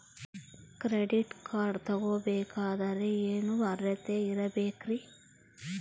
Credit card ತೊಗೋ ಬೇಕಾದರೆ ಏನು ಅರ್ಹತೆ ಇರಬೇಕ್ರಿ?